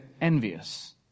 envious